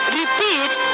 repeat